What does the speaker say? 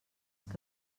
que